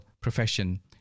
profession